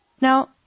Now